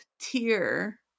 tier